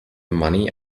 money